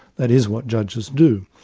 that is what judges do.